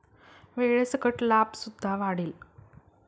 वेळेसकट लाभ सुद्धा वाढेल